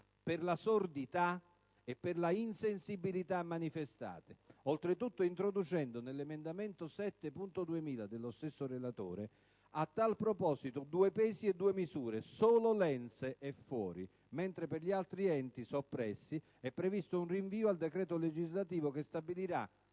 per la sordità e l'insensibilità manifestata, oltretutto introducendo nell'emendamento 7.2000 del relatore in proposito due pesi e due misure; solo l'ENSE è fuori, mentre per gli altri enti soppressi è previsto un rinvio al decreto legislativo che stabilirà